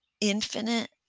infinite